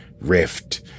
rift